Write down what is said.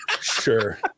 sure